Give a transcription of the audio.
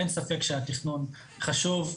אין ספק שהתכנון חשוב,